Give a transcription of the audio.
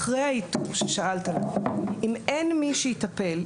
אם אין מי שיטפל,